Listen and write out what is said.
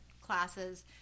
classes